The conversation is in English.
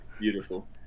Beautiful